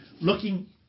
looking